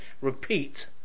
repeat